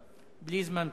בלי זמן פציעות.